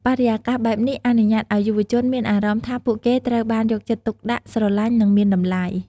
បរិយាកាសបែបនេះអនុញ្ញាតឱ្យយុវជនមានអារម្មណ៍ថាពួកគេត្រូវបានយកចិត្តទុកដាក់ ស្រឡាញ់ និងមានតម្លៃ។